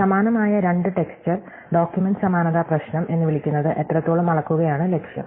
സമാനമായ രണ്ട് texture document സമാനത പ്രശ്നം എന്ന് വിളിക്കുന്നത് എത്രത്തോളം അളക്കുകയാണ് ലക്ഷ്യം